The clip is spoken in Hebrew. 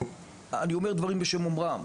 אני אומר דברים בשם אומרם.